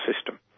system